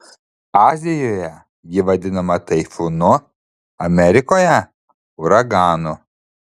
azijoje ji vadinama taifūnu amerikoje uraganu